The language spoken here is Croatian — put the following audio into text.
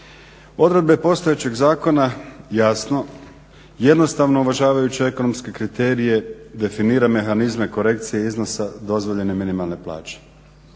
Odredbe postojećeg zakona jasno jednostavno uvažavajući ekonomske kriterije definira mehanizme korekcije iznosa dozvoljene minimalne plaće.